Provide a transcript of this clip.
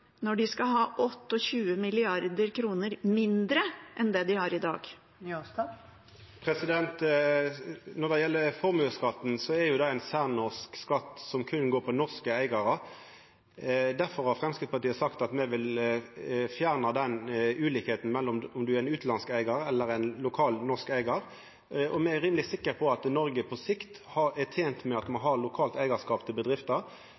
når de skal ha 28 mrd. kr mindre enn det de har i dag? Når det gjeld formuesskatten, er det ein særnorsk skatt som berre går på norske eigarar. Derfor har Framstegspartiet sagt at me vil fjerna den ulikheita mellom om ein er utanlandsk eigar eller lokal, norsk eigar. Me er rimeleg sikre på at Noreg på sikt er tent med at me har lokalt eigarskap til bedrifter.